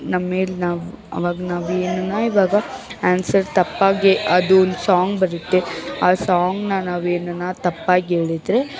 ನಮ್ಮೇಲೆ ನಾವು ಅವಾಗ ನಾವು ಏನನ ಇವಾಗ ಆನ್ಸರ್ ತಪ್ಪಾಗಿ ಅದೊಂದು ಸಾಂಗ್ ಬರುತ್ತೆ ಆ ಸಾಂಗನ್ನ ನಾವೇನನ ತಪ್ಪಾಗಿ ಹೇಳಿದ್ರೆ